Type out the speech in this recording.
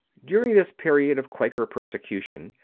during this period of quaker persecution,